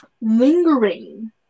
lingering